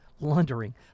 laundering